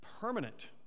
permanent